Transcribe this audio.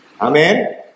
Amen